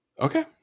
Okay